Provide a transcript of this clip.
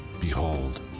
Behold